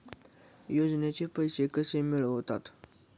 योजनेचे पैसे कसे मिळतात?